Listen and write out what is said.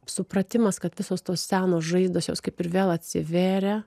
supratimas kad visos tos senos žaizdos jos kaip ir vėl atsiveria